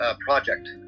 project